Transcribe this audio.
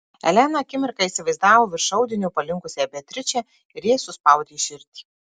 elena akimirką įsivaizdavo virš audinio palinkusią beatričę ir jai suspaudė širdį